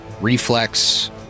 reflex